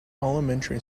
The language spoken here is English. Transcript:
elementary